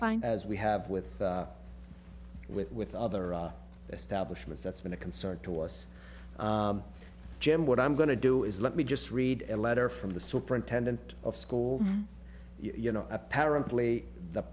fine as we have with with with other establishments that's been a concern to us jim what i'm going to do is let me just read a letter from the superintendent of schools you know apparently the